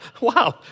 wow